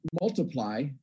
multiply